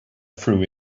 threw